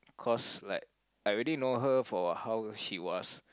cause like I already know her for how she was